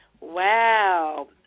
Wow